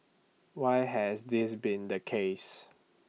why has this been the case